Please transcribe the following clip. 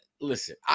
Listen